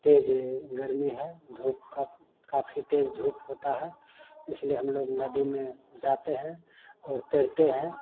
तेज गर्मी है धूप का काफी तेज धूप होता है इसलिए हम लोग नदी में जाते हैं और तैरते हैं